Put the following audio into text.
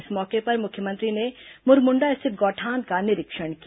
इस मौके पर मुख्यमंत्री ने मुरमुंडा स्थित गौठान का निरीक्षण किया